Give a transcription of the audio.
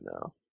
no